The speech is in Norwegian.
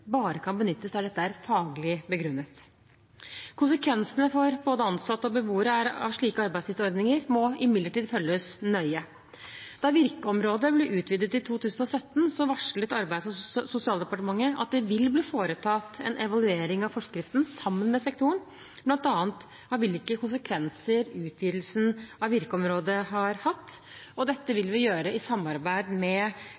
bare benyttes der dette er faglig begrunnet. Konsekvensene av slike arbeidstidsordninger, både for ansatte og for beboerne, må imidlertid følges nøye. Da virkeområdet ble utvidet i 2017, varslet Arbeids- og sosialdepartementet at det vil bli foretatt en evaluering av forskriften sammen med sektoren, bl.a. av hvilke konsekvenser utvidelsen av virkeområdet har hatt. Dette